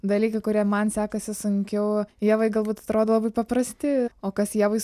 dalykai kurie man sekasi sunkiau ievai galbūt atrodo labai paprasti o kas ievai